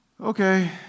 Okay